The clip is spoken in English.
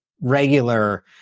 regular